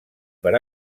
per